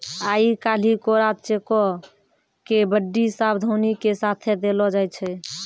आइ काल्हि कोरा चेको के बड्डी सावधानी के साथे देलो जाय छै